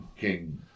King